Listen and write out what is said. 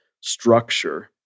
structure